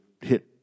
hit